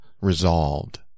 resolved